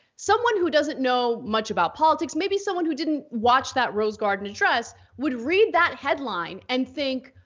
someone who doesn't know much about politics, maybe someone who didn't watch that rose garden address, would read that headline, and think